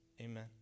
amen